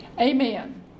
Amen